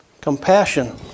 compassion